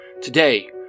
Today